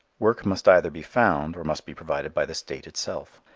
work must either be found or must be provided by the state itself.